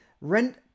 rent